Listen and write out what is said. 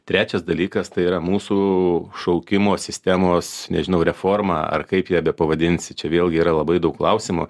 trečias dalykas tai yra mūsų šaukimo sistemos nežinau reforma ar kaip ją bepavadinsi čia vėlgi yra labai daug klausimų